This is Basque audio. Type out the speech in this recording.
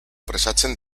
presatzen